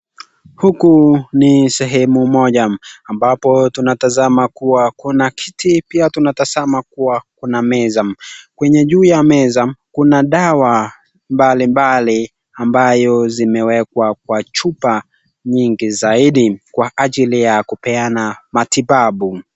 Huku ni sehemu moja ambapo tunatazama kuwa kuna kiti pia tunatazama kuwa kuna meza. Kwenye juu ya meza kuna dawa mbalimbali ambayo zimewekwa kwa chupa nyingi zaidi kwa ajili ya kupeana matibabu.